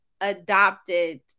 adopted